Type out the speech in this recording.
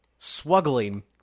Swuggling